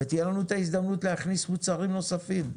ותהיה לנו את ההזדמנות להכניס מוצרים נוספים.